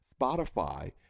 Spotify